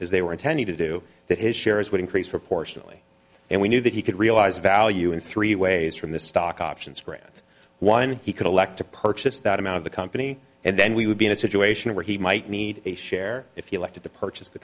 is they were intending to do that his shares would increase proportionately and we knew that he could realize value in three ways from the stock options grants one he could elect to purchase that amount of the company and then we would be in a situation where he might need a share if you like to purchase the